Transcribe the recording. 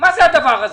מה זה הדבר הזה?